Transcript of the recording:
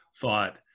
thought